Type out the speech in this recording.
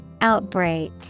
Outbreak